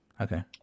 Okay